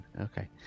Okay